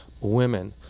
women